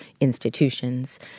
institutions